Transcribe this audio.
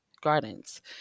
gardens